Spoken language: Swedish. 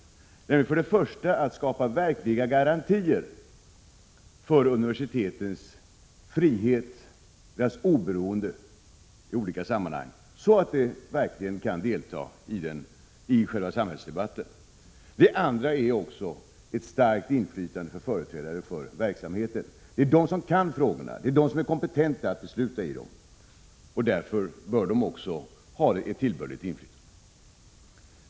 Det första är att skapa verkliga garantier för universitetens frihet och oberoende i olika sammanhang, så att de verkligen kan delta i själva samhällsdebatten. Det andra är att se till att det blir ett starkt inflytande från företrädare för verksamheten. Det är de som kan frågorna, det är de som är kompetenta att besluta i dem. Därför bör de också ha ett tillbörligt inflytande.